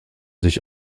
sich